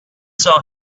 saw